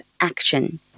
action